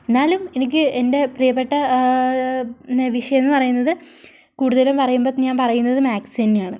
എന്നാലും എനിക്ക് എൻ്റെ പ്രിയപ്പെട്ട വിഷയം എന്ന് പറയുന്നത് കൂടുതലും പറയുമ്പോൾ ഞാൻ പറയുന്നത് മാത്സ് തന്നെയാണ്